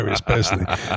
personally